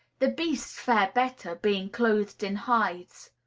the beasts fare better, being clothed in hides.